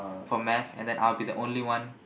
for Math and then I'll be the only one